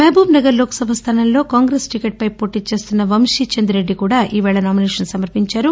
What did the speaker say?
మహబూబ్నగర్ లోక్సభ స్థానంలో కాంగ్రెస్ టికెట్పై పోటీచేస్తున్న వంశీచంద్రెడ్డి కూడా ఈరోజు నామినేషన్ వేసారు